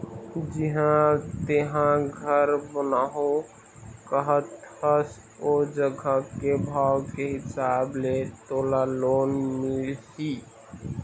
जिहाँ तेंहा घर बनाहूँ कहत हस ओ जघा के भाव के हिसाब ले तोला लोन मिलही